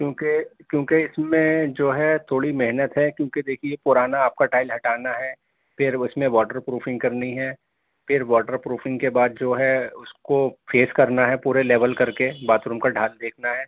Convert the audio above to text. کیونکہ کیونکہ اس میں جو ہے تھوڑی محنت ہے کیونکہ دیکھیے پرانا آپ کا ٹائل ہٹانا ہے پھر اس میں واٹر پروفنگ کرنی ہے پھر واٹر پروفنگ کے بعد جو ہے اس کو فیس کرنا ہے پورے لیول کر کے باتھ روم کا ڈھال دیکھنا ہے